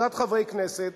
קבוצת חברי כנסת,